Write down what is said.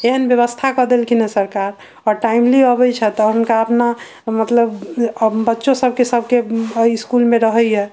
एहन व्यवस्था कऽ देलखिन हँ सरकार आओर टाइमली अबैत छथि आ हुनका अपना मतलब बच्चो सबके इसकुलमे रहैया